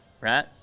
right